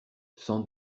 sans